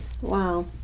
Wow